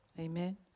Amen